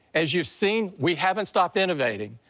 as you've seen, we haven't stopped innovating.